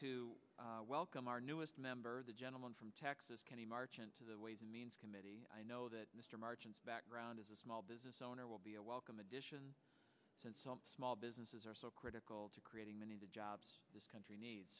to welcome our newest member the gentleman from texas kenny marchant of the ways and means committee i know that mr margins background is a small business owner will be a welcome addition since all small businesses are so critical to creating many of the jobs this country needs